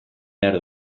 behar